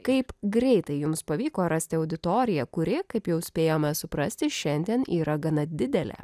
kaip greitai jums pavyko rasti auditoriją kuri kaip jau spėjome suprasti šiandien yra gana didelė